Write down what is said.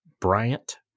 Bryant